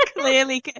Clearly